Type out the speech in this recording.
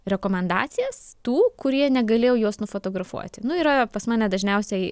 rekomendacijas tų kurie negalėjo juos nufotografuoti nu yra pas mane dažniausiai